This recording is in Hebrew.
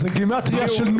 (מחיאות כפיים באולם הוועדה) זה גימטרייה של נ"ח.